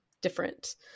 different